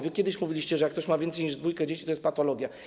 Wy kiedyś mówiliście, że jak ktoś ma więcej niż dwoje dzieci, to jest patologia.